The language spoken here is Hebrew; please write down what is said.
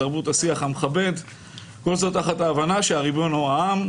את תרבות השיח המכבד וכל זאת תחת ההבנה שהריבון הוא העם,